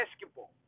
basketball